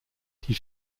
die